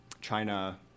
China